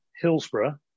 Hillsborough